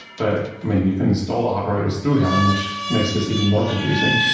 but i mean, you can install operators through helm, which makes this even more confusing.